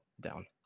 down